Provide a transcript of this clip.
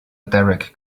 derek